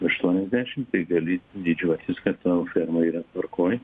aštuoniasdešim tai gali didžiuotis kad tavo ferma yra tvarkoj